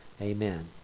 Amen